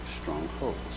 strongholds